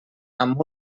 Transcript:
amb